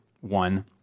one